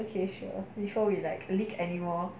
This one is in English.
okay sure before we like leak anymore